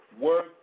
work